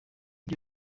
byo